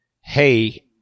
hey